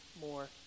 more